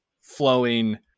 flowing